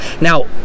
Now